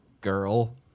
girl